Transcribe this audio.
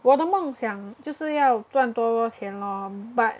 我的梦想就是要赚多多钱 lor but